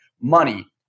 money